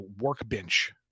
workbench